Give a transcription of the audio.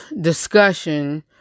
discussion